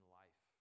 life